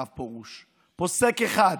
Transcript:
הרב פרוש, פוסק אחד